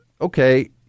okay